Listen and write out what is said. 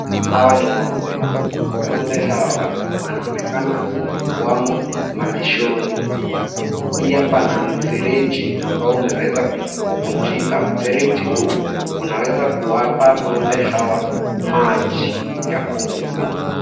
Hawa ni ng'ombe. Ng'ombe hawa wanaonekana wamo malishoni. Pia kuna mfereji ambao umeweza kuvunjika. Mfereji huu unaweza kuwapa ng'ombe hawa maji ya kunywa.